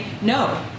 no